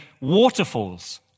waterfalls